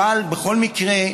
אבל בכל מקרה,